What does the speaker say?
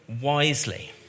wisely